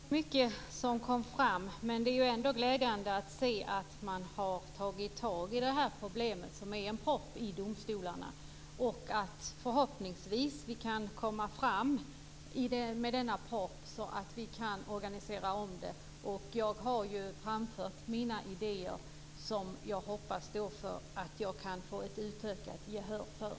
Herr talman! Det var inte så mycket som kom fram, men det är ändå glädjande att höra att man har tagit tag i det här problemet, som är en propp i domstolarna. Förhoppningsvis kan vi komma till rätta med denna propp så att vi kan organisera om. Jag har framfört mina idéer, som jag hoppas att jag kan få ett utökat gehör för.